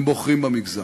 הם בוחרים במגזר,